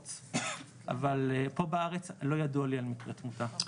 אבל פה בארץ לא ידוע לי על מקרי תמותה.